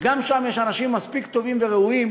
וגם שם יש אנשים מספיק טובים וראויים